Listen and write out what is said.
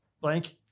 blank